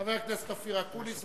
חבר הכנסת אופיר אקוניס,